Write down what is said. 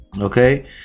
okay